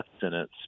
sentence